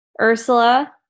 ursula